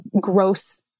gross